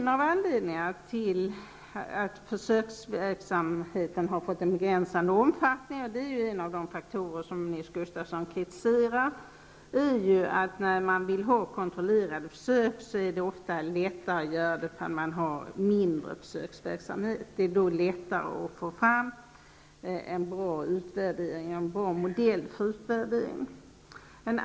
En av anledningarna till att försöksverksamheten har fått en begränsad omfattning -- och det är en av de faktorer som Nils-Olof Gustafsson kritiserar -- är att det, när man vill ha kontrollerade försök, ofta är lättare att göra sådana om man har en mindre försöksverksamhet. Det är då lättare att göra en bra utvärdering och att få fram en bra modell för denna.